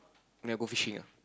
never go fishing ah